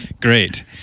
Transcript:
great